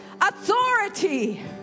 authority